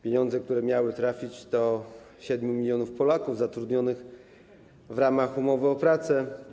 Pieniądze miały trafić do 7 mln Polaków zatrudnionych w ramach umowy o pracę.